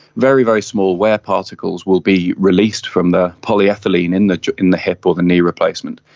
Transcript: very, very small wear particles will be released from the polyethylene in the in the hip or the knee replacement,